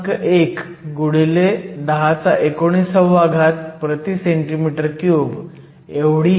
1 x 1019 cm 3 एवढी येते